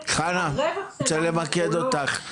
חנה, אני רוצה למקד אותך,